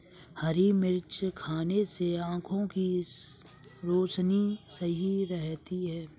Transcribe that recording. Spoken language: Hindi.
हरी मिर्च खाने से आँखों की रोशनी सही रहती है